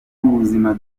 ubuzima